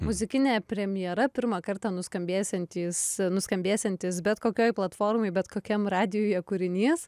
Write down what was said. muzikinė premjera pirmą kartą nuskambėsiantys nuskambėsiantis bet kokioj platformoj bet kokiam radijuje kūrinys